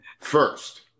first